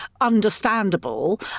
understandable